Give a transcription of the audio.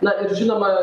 na ir žinoma